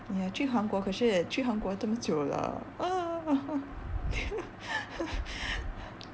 ya 去韩国可是去韩国这么久了